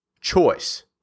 choice